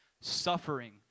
suffering